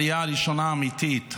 על העלייה הראשונה האמיתית,